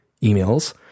emails